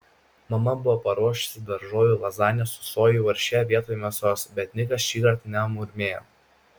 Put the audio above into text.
mama buvo paruošusi daržovių lazaniją su sojų varške vietoj mėsos bet nikas šįkart nemurmėjo